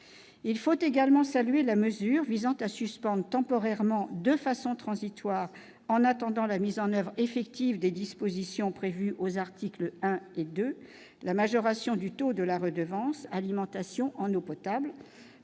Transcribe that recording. il faut également salué la mesure visant à suspendre temporairement de façon transitoire en attendant la mise en oeuvre effective des dispositions prévues aux articles 1 et 2 la majoration du taux de la redevance, alimentation en eau potable